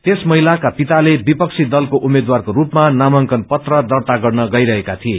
त्यस महिलाको पिताले विपक्षी दलको उम्मेद्वारको रूपमा नामांकन पत्र दर्ता गर्न गइरहेका थिए